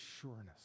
sureness